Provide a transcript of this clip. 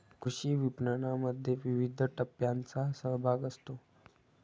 कृषी विपणनामध्ये विविध टप्प्यांचा सहभाग असतो